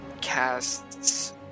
casts